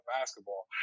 basketball